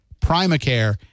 Primacare